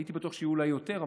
הייתי בטוח שאולי יהיו יותר,